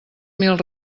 mil